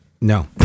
no